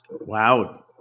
Wow